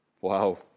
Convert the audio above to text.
wow